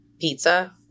pizza